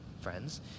friends